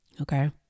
Okay